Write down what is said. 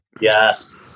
Yes